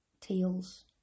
tails